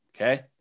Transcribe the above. Okay